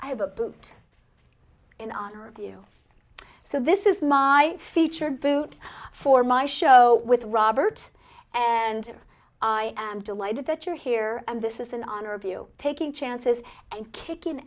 i have a boot in honor of you so this is my featured boot for my show with robert and i am delighted that you're here and this is in honor of you taking chances and kickin